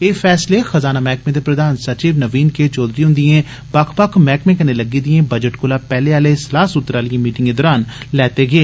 एह फैसले खजाना मैहकमे दे प्रधान सचिव नवीन के चौधरी हुन्दी बक्ख बक्ख मैहकमें कन्नै लग्गी दिए बजट कोला पैहले सलाह सूत्र आलिए मीटिंगें दरान लैते गे